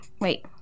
Wait